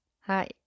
Hi